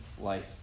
life